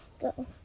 Go